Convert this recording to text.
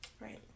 right